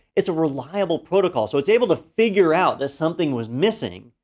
it's a reliable protocol. so it's able to figure out that something was missing.